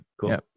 Cool